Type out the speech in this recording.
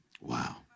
wow